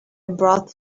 brought